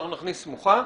נכניס "סמוכה",